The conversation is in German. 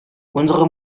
unsere